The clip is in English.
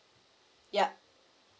yup